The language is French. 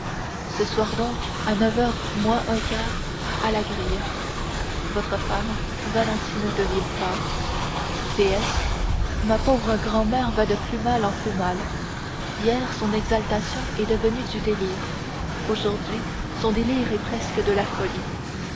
ce soir donc à neuf heures moins un quart à la grille votre femme valentine de villefort p s ma pauvre grand-mère va de plus mal en plus mal hier son exaltation est devenue du délire aujourd'hui son délire est presque de la folie